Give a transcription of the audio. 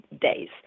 days